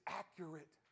accurate